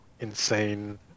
insane